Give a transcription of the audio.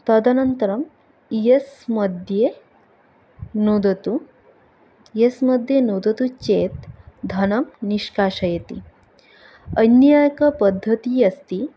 तदनन्तरं एस् मध्ये नुदतु एस् मध्ये नुदति चेत् धनं निष्काशयति अन्य एक पद्धति अस्ति